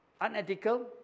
unethical